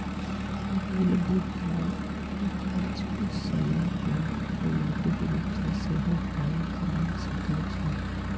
bill भुगतान आऽ recharge के समय पर ऑटोमेटिक रूप से सेहो कएल जा सकै छइ